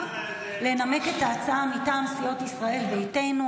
לנמק את ההצעה מטעם סיעות ישראל ביתנו,